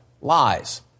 lies